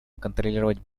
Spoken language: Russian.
контролировать